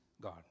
God